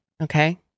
okay